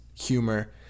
humor